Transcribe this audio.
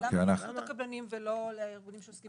לא לקבלנים ולא לארגונים שעוסקים בזה?